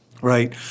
Right